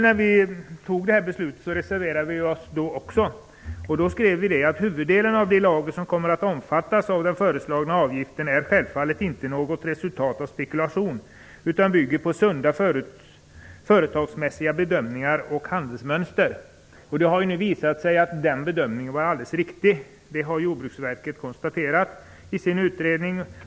När beslutet fattades före jul reserverade vi oss också, och då sade vi: "Huvuddelen av de lager som kommer att omfattas av den föreslagna avgiften är självfallet inte något resultat av spekulation utan bygger på sunda, företagsmässiga bedömningar och handlingsmönster." Det har nu visat sig att den bedömningen var alldeles riktig. Det har Jordbruksverket konstaterat i sin utredning.